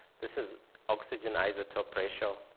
this is oxygen isotope ratio.